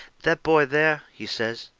that boy there, he says.